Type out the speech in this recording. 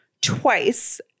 twice